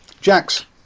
Jax